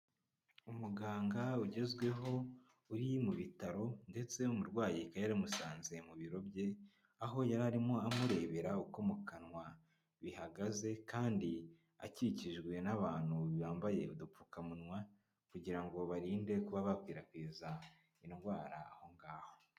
Umuganga ugezweho uri mu bitaro, ndetse umurwayi akaba yari yamusanze mu biro bye, aho yari arimo amurebera uko mu kanwa bihagaze, kandi akikijwe n'abantu bambaye udupfukamunwa, kugira ngo barinde kuba bakwirakwiza indwara aho ngaho.